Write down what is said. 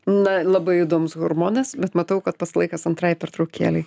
na labai įdomus hormonas bet matau kad pats laikas antrai pertraukėlei